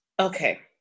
Okay